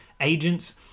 Agents